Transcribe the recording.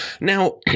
Now